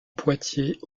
poitiers